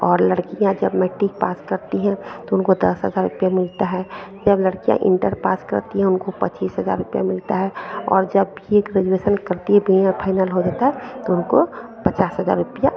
और लड़कियाँ जब मैट्रिक पास करती हैं तो उनको दस हज़ार रुपया मिलता है जब लड़कियाँ इन्टर पास करती हैं उनको पच्चीस हज़ार रुपया मिलता है और जब बी ए ग्रेजुएसन करती हैं बी एं फाइनल हो जाता है तो उनको पचास हज़ार रुपया